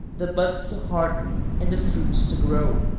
the buds to harden and the fruits to grow.